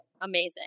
Amazing